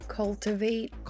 cultivate